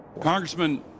Congressman